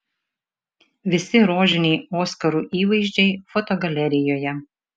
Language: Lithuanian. visi rožiniai oskarų įvaizdžiai fotogalerijoje